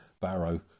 Barrow